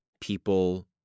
people